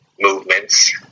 movements